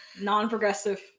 non-progressive